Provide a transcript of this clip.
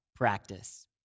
Practice